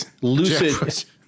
lucid